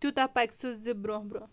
تیوٗتاہ پَکہِ سُہ زِ برۄنٛہہ برۄنٛہہ